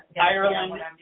Ireland